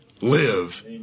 live